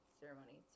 ceremony